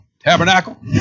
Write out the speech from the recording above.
Tabernacle